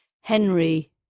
henry